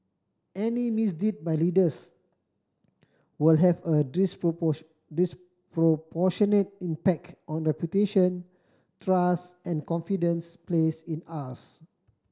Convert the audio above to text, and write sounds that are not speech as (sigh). any misdeed by leaders will have a (unintelligible) disproportionate impact on reputation trust and confidence placed in us